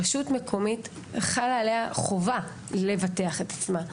על רשות מקומית חלה החובה לבטח את עצמה.